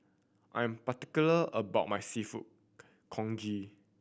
I'm particular about my Seafood Congee